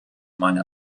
meine